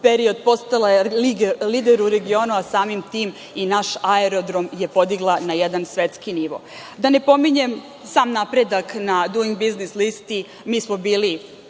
period postala je lider u regionu, a samim tim i naš aerodrom je podigla na jedan svetski nivo. Da ne pominjem sam napredak na Duing biznis listi. Mi smo bili